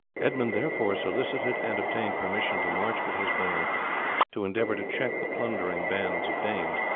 edmund therefore solicited and obtained permission to march with his band to endeavour to check the plundering bands of danes,